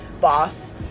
boss